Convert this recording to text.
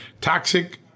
toxic